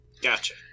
Gotcha